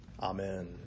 amen